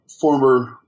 former